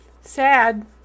Sad